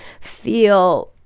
feel